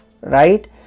right